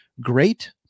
Great